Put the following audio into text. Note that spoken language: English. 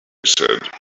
said